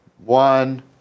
One